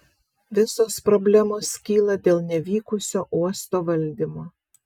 visos problemos kyla dėl nevykusio uosto valdymo